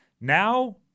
now